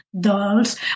dolls